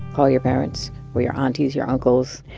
call your parents or your aunties, your uncles.